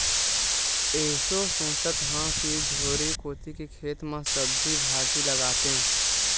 एसो सोचत हँव कि झोरी कोती के खेत म सब्जी भाजी लगातेंव